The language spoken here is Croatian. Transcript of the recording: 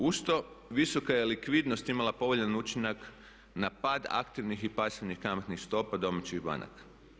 Usto visoka je likvidnost imala povoljan učinak na pad aktivnih i pasivnih kamatnih stopa domaćih banaka.